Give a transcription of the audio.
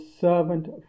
servant